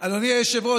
אדוני היושב-ראש,